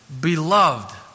beloved